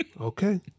Okay